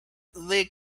they